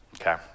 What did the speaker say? Okay